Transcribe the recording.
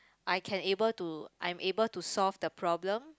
I can able to I'm able to solve the problem